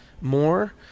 more